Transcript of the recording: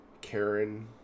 Karen